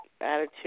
attitude